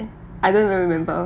I don't even remember